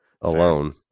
alone